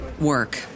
work